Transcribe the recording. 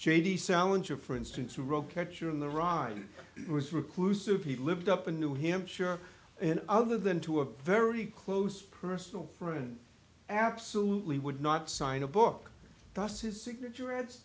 j d salinger for instance who wrote catcher in the rye was reclusive he lived up in new hampshire and other than to a very close personal friend absolutely would not sign a book thus his signature ad